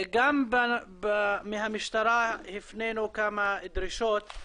גם מהמשטרה הפנינו כמה דרישות,